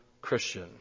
Christian